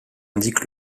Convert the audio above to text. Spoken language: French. indique